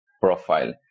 profile